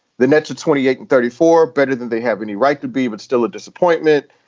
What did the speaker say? the nets twenty eight. and thirty four. better than they have any right to be, but still a disappointment.